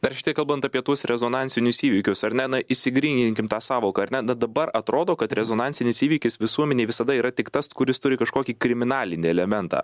dar šitai kalbant apie tuos rezonansinius įvykius ar ne na išsigryninkim tą sąvoką ar ne na dabar atrodo kad rezonansinis įvykis visuomenei visada yra tik tas kuris turi kažkokį kriminalinį elementą